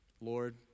Lord